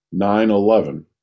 9-11